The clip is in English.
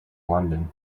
london